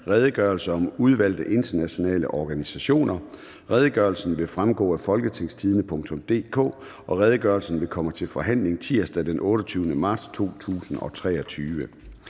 (Redegørelse nr. R 8). Redegørelsen vil fremgå af www.folketingstidende.dk. Redegørelsen vil komme til forhandling tirsdag den 28. marts 2023.